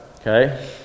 okay